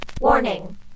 Warning